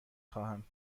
خواهم